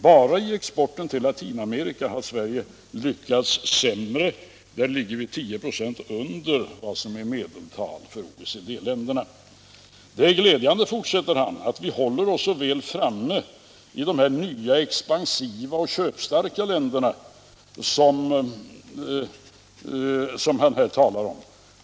Bara i exporten till Latinamerika har Sverige lyckats -—-—- sämre än OECD-medeltalet.” Där ligger vi 10 ?6 under medeltalet för OECD-länderna. ”Det är glädjande”, fortsätter han, ”att vi håller oss så väl framme i nya expansiva köpstarka länder som Opec-staterna.